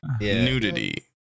nudity